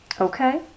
Okay